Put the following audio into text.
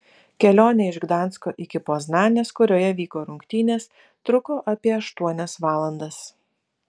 kelionė iš gdansko iki poznanės kurioje vyko rungtynės truko apie aštuonias valandas